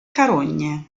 carogne